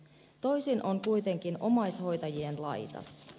toisin on kuitenkin omaishoitajien laita